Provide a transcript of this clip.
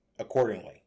Accordingly